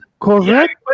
correct